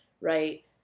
right